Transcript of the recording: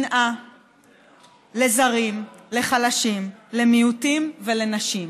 שנאה לזרים, לחלשים, למיעוטים ולנשים.